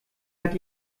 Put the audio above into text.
hat